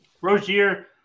Rozier